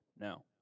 No